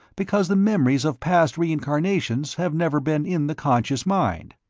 because the memories of past reincarnations have never been in the conscious mind.